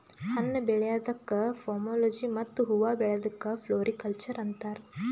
ಹಣ್ಣ್ ಬೆಳ್ಯಾದಕ್ಕ್ ಪೋಮೊಲೊಜಿ ಮತ್ತ್ ಹೂವಾ ಬೆಳ್ಯಾದಕ್ಕ್ ಫ್ಲೋರಿಕಲ್ಚರ್ ಅಂತಾರ್